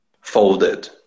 folded